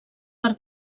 per